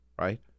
right